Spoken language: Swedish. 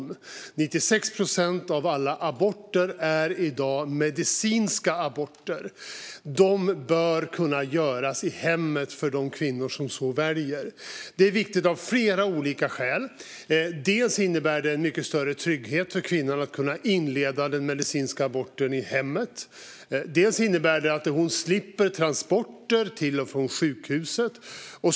I dag är 96 procent av alla aborter medicinska aborter. De bör kunna göras i hemmet för de kvinnor som så väljer. Det är viktigt av flera olika skäl. Det innebär en mycket större trygghet för kvinnan att kunna inleda den medicinska aborten i hemmet. Det innebär att hon slipper transporter till och från sjukhuset.